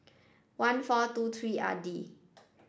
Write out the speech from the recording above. one four two three R D